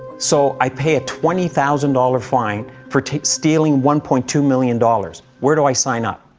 so i pay a twenty thousand dollars fine for stealing one point two million dollars. where do i sign up?